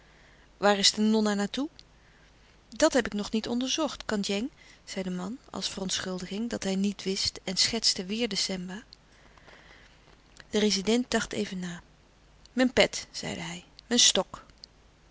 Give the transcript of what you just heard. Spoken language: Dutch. waar is de nonna naar toe dat heb ik nog niet onderzocht kandjeng zei de man als verontschuldiging dat hij niet wist en schetste weêr de semba de rezident dacht even na mijn pet zeide hij mijn stok